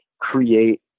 create